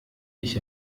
ich